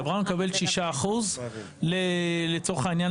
החברה מקבלת 6% עבור הפיקוח,